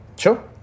Sure